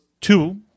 two